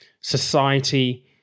society